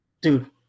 dude